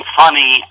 funny